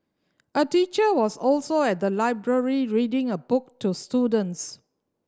a teacher was also at the library reading a book to students